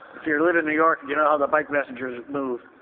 if you live in new york, you know how the bike messengers move.